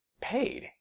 paid